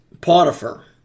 Potiphar